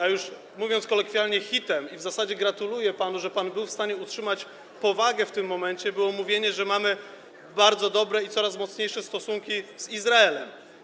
A już, mówiąc kolokwialnie, hitem - w zasadzie gratuluję panu, że pan był w stanie utrzymać powagę w tym momencie - było mówienie, że mamy bardzo dobre i coraz mocniejsze stosunki z Izraelem.